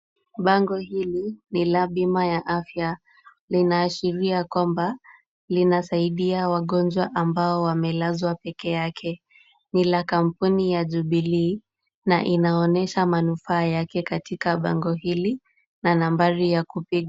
Bango hili ni la bima ya afya. Linaashiria kwamba linasaidia wagonjwa ambao wamelazwa peke yake. Ni la kampuni ya Jubilee na inaonyesha manufaa yake katika bango hili na nambari ya kupiga.